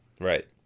Right